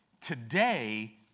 today